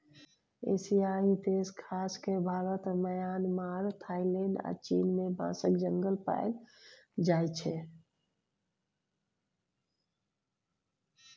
एशियाई देश खास कए भारत, म्यांमार, थाइलैंड आ चीन मे बाँसक जंगल पाएल जाइ छै